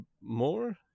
more